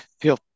feel